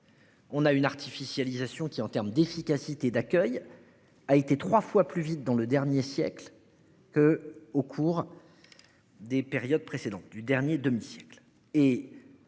On a une artificialisation qui en termes d'efficacité d'accueil. A été 3 fois plus vite dans le dernier siècle que au cours. Des périodes précédentes du dernier demi-siècle